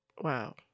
Wow